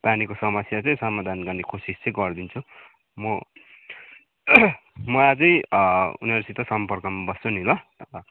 पानीको समस्या चाहिँ समाधान गर्ने कोसिस चाहिँ गरिदिन्छु म आजै उनीहरूसित सम्पर्कमा बस्छु नि ल